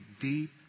deep